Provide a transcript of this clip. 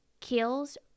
kills